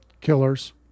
Killers